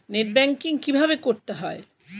Net banking কীভাবে করতে হয়?